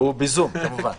הוא בזום כמובן.